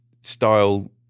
style